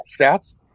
stats